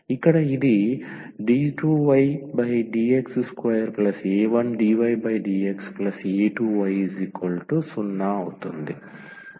ఇక్కడ ఇది d2ydx2a1dydxa2y0 అవుతుంది